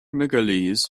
mcaleese